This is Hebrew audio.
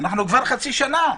אנחנו כבר חצי שנה.